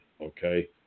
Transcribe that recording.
okay